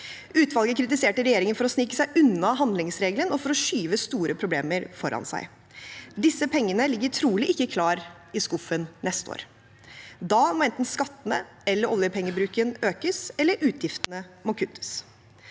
Utvalget kritiserte regjeringen for å snike seg unna handlingsregelen og for å skyve store problemer foran seg. Disse pengene ligger trolig ikke klare i skuffen neste år. Da må enten skattene eller oljepengebruken økes, eller utgiftene må kuttes.